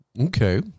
Okay